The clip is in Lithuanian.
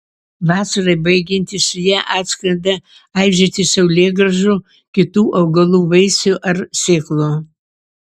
vasarai baigiantis jie atskrenda aižyti saulėgrąžų kitų augalų vaisių ar sėklų